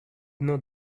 not